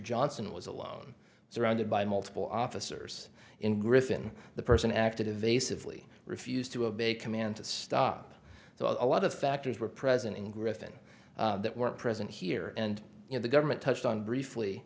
johnson was alone surrounded by multiple officers in griffin the person acted a vase of lee refused to obey commands to stop so a lot of factors were present in griffin that were present here and you know the government touched on briefly